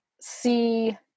see